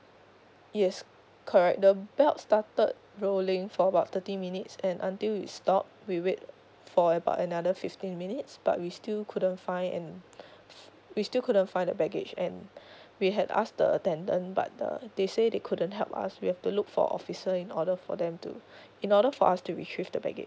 yes correct the belt started rolling for about thirty minutes and until it stopped we wait for about another fifteen minutes but we still couldn't find and we still couldn't find the baggage and we had asked the attendant but the they say they couldn't help us we have to look for officer in order for them to in order for us to retrieve the baggage